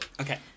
okay